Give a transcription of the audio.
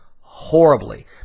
horribly